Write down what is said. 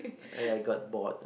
I I got bored